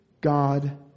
God